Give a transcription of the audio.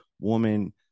woman